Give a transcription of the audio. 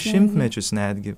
šimtmečius netgi